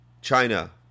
China